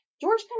George